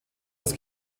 das